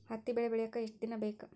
ಹತ್ತಿ ಬೆಳಿ ಬೆಳಿಯಾಕ್ ಎಷ್ಟ ದಿನ ಬೇಕ್?